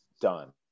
Done